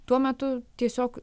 tuo metu tiesiog